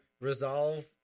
resolve